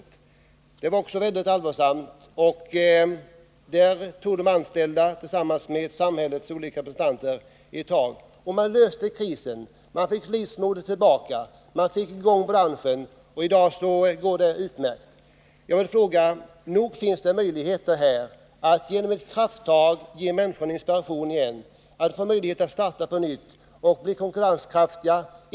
Även för det företaget var läget mycket allvarligt, men där tog de anställda tillsammans med samhällets olika instanser ett krafttag, och man kunde lösa krisen. Man fick livsmodet tillbaka. Man fick i gång företaget, och i dag går det utmärkt. Det finns även här möjligheter att genom ett krafttag ge företaget inspiration att starta på nytt och göra företaget konkurrenskraftigt.